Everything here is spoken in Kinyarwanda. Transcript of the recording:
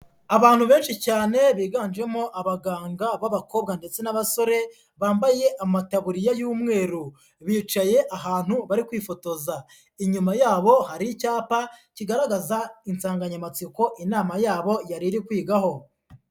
Abantu benshi cyane biganjemo abaganga b'abakobwa ndetse n'abasore, bambaye amatabuririya y'umweru, bicaye ahantu bari kwifotoza, inyuma yabo hari icyapa kigaragaza insanganyamatsiko inama yabo yari iri kwigaho.